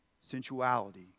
sensuality